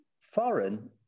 foreign